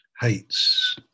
hates